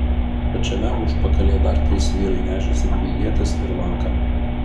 pačiame užpakalyje dar trys vyrai nešėsi dvi ietis ir lanką